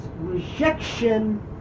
rejection